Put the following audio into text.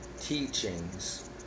teachings